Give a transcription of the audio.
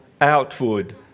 outward